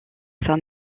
fin